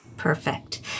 Perfect